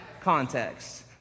context